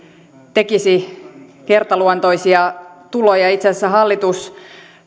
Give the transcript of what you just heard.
tekisi kertaluontoisia tuloja itse asiassa hallitus